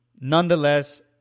Nonetheless